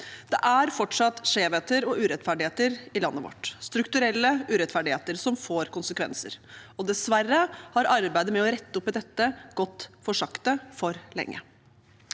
Det er fortsatt skjevheter og urettferdigheter i landet vårt – strukturelle urettferdigheter som får konsekvenser. Dessverre har arbeidet med å rette opp i dette gått for sakte for lenge.